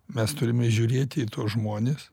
mes turime žiūrėti į tuos žmones